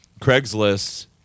Craigslist